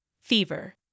fever